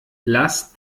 lass